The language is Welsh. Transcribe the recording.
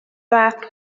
fath